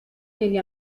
negli